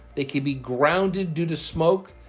they could be grounded due to smoke.